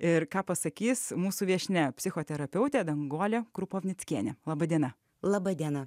ir ką pasakys mūsų viešnia psichoterapeutė danguolė krupovnickienė laba diena laba diena